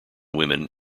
women